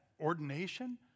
ordination